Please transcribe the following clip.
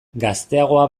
gazteagoa